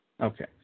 Okay